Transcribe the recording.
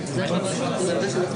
לפלילי.